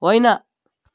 होइन